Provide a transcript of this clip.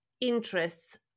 interests